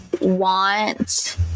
want